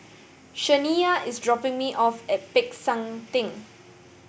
Shaniya is dropping me off at Peck San Theng